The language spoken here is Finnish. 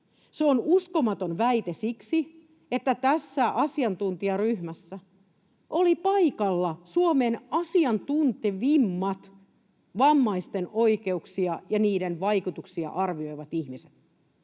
Se on uskomaton väite siksi, että tässä asiantuntijaryhmässä olivat paikalla Suomen asiantuntevimmat vammaisten oikeuksia ja niiden vaikutuksia arvioivat ihmiset